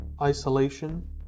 isolation